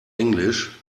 englisch